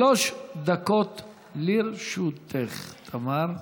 שלוש דקות לרשותך, תמר.